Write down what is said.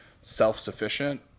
self-sufficient